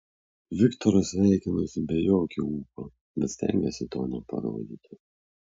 viktoras sveikinosi be jokio ūpo bet stengėsi to neparodyti